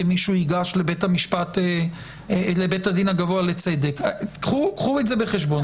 כי מישהו ייגש לבית הדין הגבוה לצדק קחו את זה בחשבון.